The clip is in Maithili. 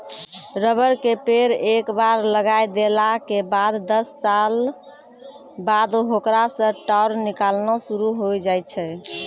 रबर के पेड़ एक बार लगाय देला के बाद दस साल बाद होकरा सॅ टार निकालना शुरू होय जाय छै